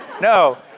No